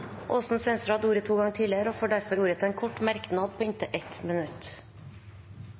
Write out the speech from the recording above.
har hatt ordet to ganger tidligere og får ordet til en kort merknad, begrenset til 1 minutt.